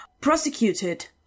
prosecuted